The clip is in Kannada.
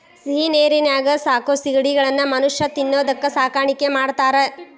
ಸಿಹಿನೇರಿನ್ಯಾಗ ಸಾಕೋ ಸಿಗಡಿಗಳನ್ನ ಮನುಷ್ಯ ತಿನ್ನೋದಕ್ಕ ಸಾಕಾಣಿಕೆ ಮಾಡ್ತಾರಾ